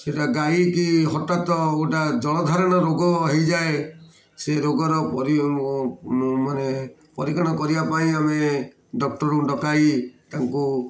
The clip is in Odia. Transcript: ସେଇଟା ଗାଈକି ହଠାତ ଗୋଟା ଜଳଧାରଣ ରୋଗ ହେଇଯାଏ ସେ ରୋଗର ମାନେ ପରୀକ୍ଷଣ କରିବା ପାଇଁ ଆମେ ଡକ୍ଟରଙ୍କୁ ଡକାଇ ତାଙ୍କୁ